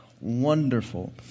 wonderful